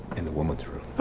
in the woman's room.